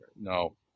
No